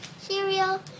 Cereal